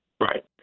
Right